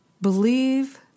Believe